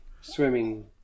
swimming